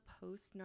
post